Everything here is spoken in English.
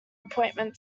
appointment